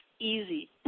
easy